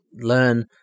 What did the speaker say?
learn